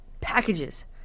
packages